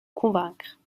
convaincre